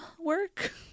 work